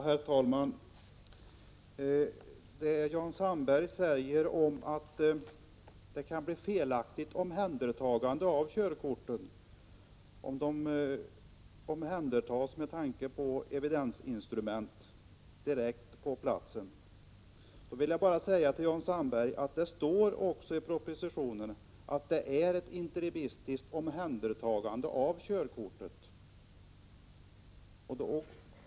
Herr talman! Jan Sandberg säger att körkort felaktigt kan bli omhändertagna om det sker på grundval av resultatet från ett s.k. evidensinstrument direkt på platsen. Jag vill bara säga till Jan Sandberg att det i propositionen också står att det är fråga om ett interimistiskt omhändertagande av 155 körkortet.